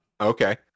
Okay